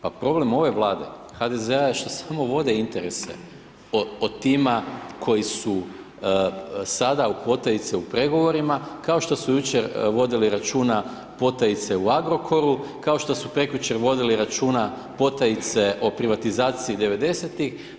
Pa problem ove Vlade HDZ-a je što samo vode interese o tima koji su sada u potajice u pregovorima, kao što su jučer vodili računa potajice u Agrokoru, kao što su prekjučer vodili računa potajice o privatizacije 90-tih.